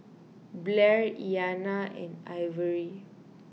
Blair Iyana and Ivory